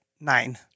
nine